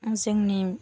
जोंनि